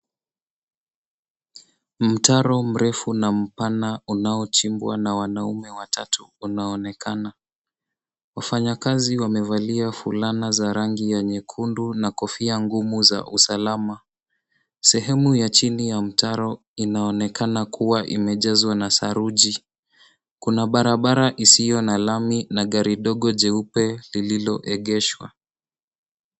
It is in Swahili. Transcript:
Mtaro mrefu na mpana unaochimbwa na wanaume watatu unaonekana. Wafanyakazi wamevalia fulana za rangi ya nyekundu na kofia ngumu za usalama. Sehemu ya chini ya mtaro inaonekana kuwa imejazwa na saruji. Kuna barabara isiyo na lami gari dogo jeupe lililoegeshwa.